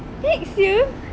next year